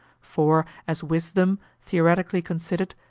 for as wisdom, theoretically considered,